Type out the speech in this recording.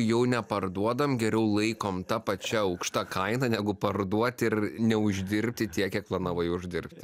jau neparduodam geriau laikom ta pačia aukšta kaina negu parduot ir neuždirbti tiek kiek planavai uždirbti